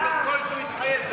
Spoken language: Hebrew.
שהוא התחייב.